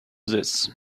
this